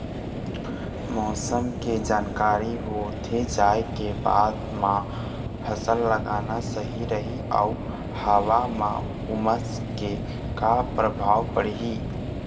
मौसम के जानकारी होथे जाए के बाद मा फसल लगाना सही रही अऊ हवा मा उमस के का परभाव पड़थे?